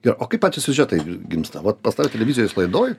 jo o kaip pačios siužetai gimsta vat pas tave televizijos laidoj